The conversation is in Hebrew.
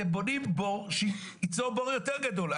אתם בונים בור שייצור בור יותר גדול.